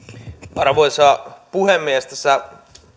arvoisa puhemies tässä